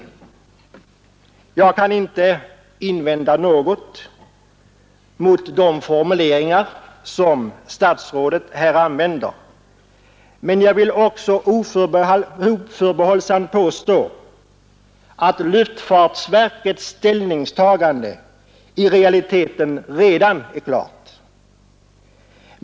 Jag kan inte invända något mot de formuleringar som statsrådet här använder, men jag vill oförbehållsamt påstå att luftfartsverkets ställningstagande i realiteten redan är klart.